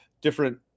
different